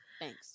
Thanks